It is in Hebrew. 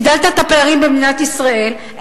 הגדלת את הפערים במדינת ישראל,